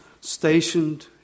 stationed